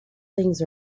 things